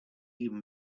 even